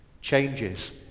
changes